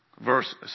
Verse